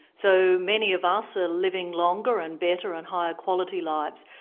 so many of us are living longer and better and higher quality lives,